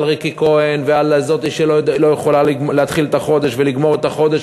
על ריקי כהן ועל זאת שלא יכולה להתחיל את החודש ולגמור את החודש,